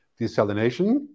desalination